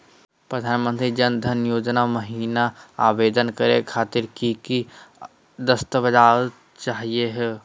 प्रधानमंत्री जन धन योजना महिना आवेदन करे खातीर कि कि दस्तावेज चाहीयो हो?